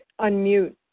unmute